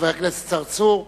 חבר הכנסת צרצור,